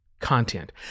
content